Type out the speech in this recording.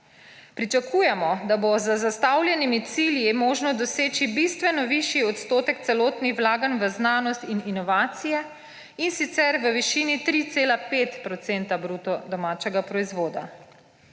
Pričakujemo, da bo z zastavljenimi cilji možno doseči bistveno višji odstotek celotnih vlaganj v znanost in inovacije, in sicer v višini 3,5 % bruto domačega proizvoda.